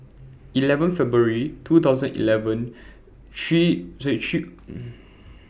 eleven February two thousand eleven three three